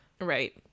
Right